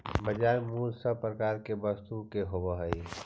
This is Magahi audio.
बाजार मूल्य सब प्रकार के वस्तु के होवऽ हइ